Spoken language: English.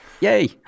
yay